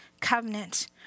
covenant